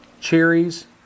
cherries